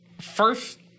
First